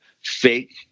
fake